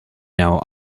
now